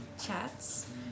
chats